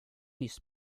nyss